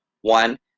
one